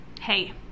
Hey